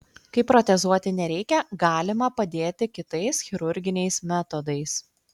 kai protezuoti nereikia galima padėti kitais chirurginiais metodais